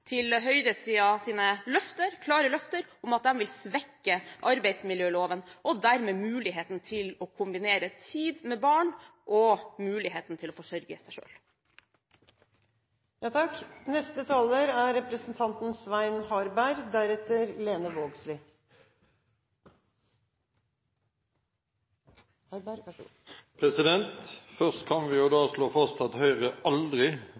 til høyresidens klare løfter om at de vil svekke arbeidsmiljøloven – og dermed muligheten til å kombinere tid med barn med muligheten til å forsørge seg selv. Først kan vi slå fast at Høyre aldri har gått til valg på løpende opptak i barnehage. Det er bare å lese programmet vårt, så vet en hva vi